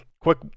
Quick